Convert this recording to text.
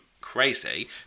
crazy